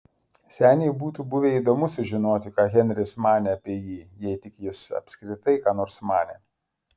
seniui būtų buvę įdomu sužinoti ką henris manė apie jį jei tik jis apskritai ką nors manė